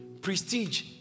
Prestige